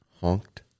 honked